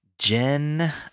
Jen